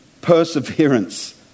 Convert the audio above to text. perseverance